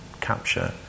capture